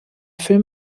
film